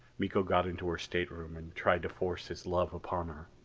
miko got into her stateroom and tried to force his love upon her.